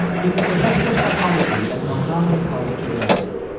he's a professor of psychology at montgomery college in maryland.